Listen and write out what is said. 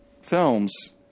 films